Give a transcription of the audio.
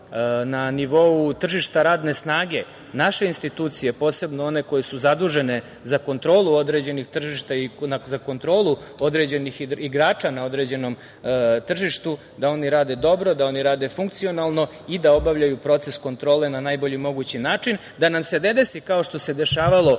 na nivou tržišta radne snage, naše institucije, posebno one koje su zadužene za kontrolu određenih tržišta i za kontrolu određenih igrača na određenom tržištu, da oni rade dobro, da oni rade funkcionalno i da obavljaju proces kontrole na najbolji mogući način, da nam se ne desi kao što se dešavalo